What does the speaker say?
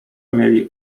mieli